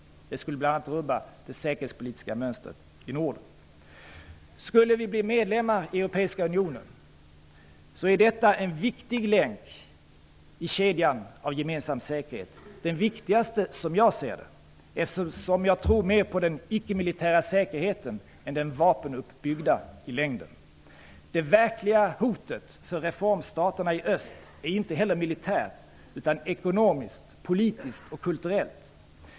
Det skulle bl.a. rubba det stabila säkerhetspolitiska mönstret i Norden. Skulle vi bli medlemmar i Europeiska unionen är detta en viktig länk i kedjan av gemensam säkerhet, som jag ser det den viktigaste, eftersom jag i längden tror mera på den icke-militära säkerheten än på den vapenuppbyggda. Det verkliga hotet för reformstaterna i öst är inte heller militärt, utan ekonomiskt, politiskt och kulturellt.